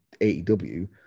AEW